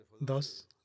Thus